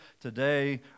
today